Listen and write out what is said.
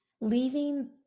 leaving